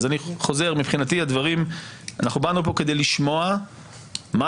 אני חוזר: אנחנו באנו לפה כדי לשמוע מה